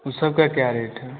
ऊ सबका क्या रेट है